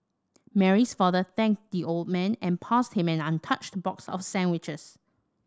Mary's father thanked the old man and passed him an untouched box of sandwiches